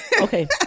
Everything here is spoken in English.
Okay